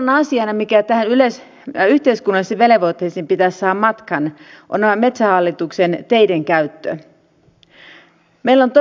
seuraava asia mikä näihin yhteiskunnallisiin velvoitteisiin pitäisi saada matkaan on metsähallituksen teiden käyttö